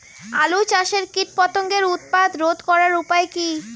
আলু চাষের কীটপতঙ্গের উৎপাত রোধ করার উপায় কী?